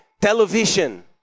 television